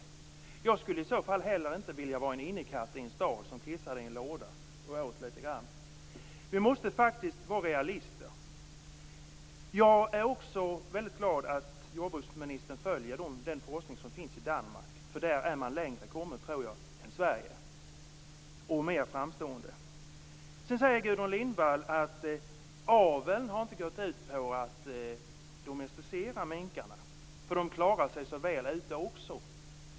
Själv skulle jag i så fall inte vilja vara en innekatt i en stad, som kissade i en låda. Vi måste faktiskt vara realister. Jag är också väldigt glad över att jordbruksministern följer den forskning som utförs i Danmark. Där har man kommit längre än i Sverige och man är mer framstående. Sedan säger Gudrun Lindvall att aveln inte har gått ut på att domesticera minkarna, därför att de klarar sig så väl ute.